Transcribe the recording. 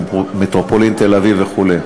מטרופולין תל-אביב וכו'.